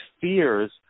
fears